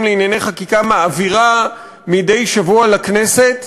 לענייני חקיקה מעבירה מדי שבוע לכנסת,